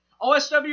OSW